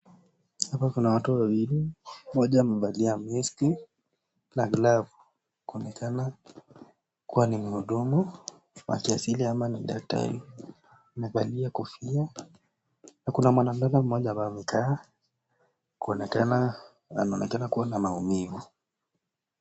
Hapa kuna watu wawili, mmoja amevalia mask na glavu kuonekana kuwa ni mhudumu wa kiasili ama ni daktari, amevalia kofia. Kuna mwanadada mmoja ambaye amekaa, kuna tena anaonekana kuwa na maumivu.